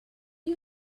you